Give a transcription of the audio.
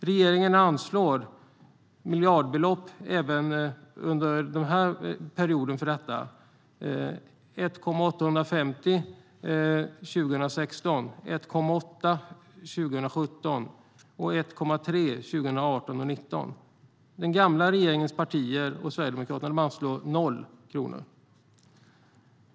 Regeringen anslår miljardbelopp även för detta under den här perioden: 1,850 miljarder för 2016, 1,8 miljarder för 2017 och 1,3 miljarder för 2018 respektive 2019. Den gamla regeringens partier och Sverigedemokraterna anslår noll kronor.